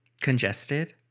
congested